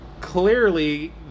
Clearly